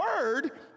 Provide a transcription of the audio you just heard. word